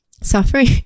suffering